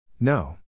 No